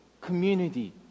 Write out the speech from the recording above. community